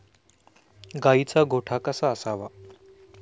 गाईचा गोठा कसा असावा?